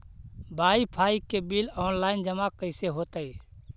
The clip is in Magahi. बाइफाइ के बिल औनलाइन जमा कैसे होतै?